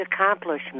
accomplishment